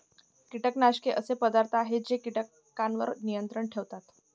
कीटकनाशके असे पदार्थ आहेत जे कीटकांवर नियंत्रण ठेवतात